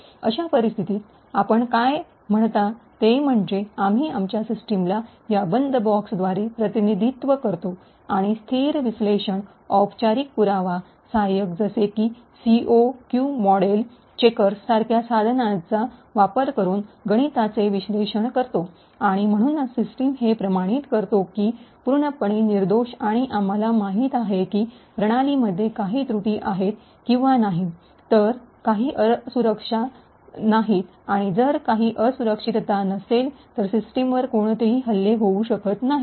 अशा परिस्थितीत आपण काय म्हणता ते म्हणजे आम्ही आमच्या सिस्टीमला या बंद बॉक्सद्वारे प्रतिनिधित्व करतो आणि स्थिर विश्लेषण औपचारिक पुरावा सहाय्यक जसे की सीओक़्यु मॉडेल चेकर्स सारख्या साधनांचा वापर करून गणिताचे विश्लेषण करतो आणि म्हणूनच सिस्टम हे प्रमाणित करतो की पूर्णपणे निर्दोष आणि आम्हाला माहित आहे की प्रणालीमध्ये काही त्रुटी आहेत किंवा नाही तर काही असुरक्षा नाहीत आणि जर काही असुरक्षितता नसेल तर सिस्टमवर कोणतेही हल्ले होऊ शकत नाहीत